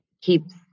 keeps